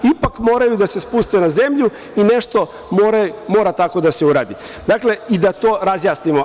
Ipak moraju da se spuste na zemlju i nešto mora tako da se uradi, dakle, da to razjasnimo.